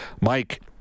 Mike